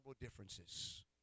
differences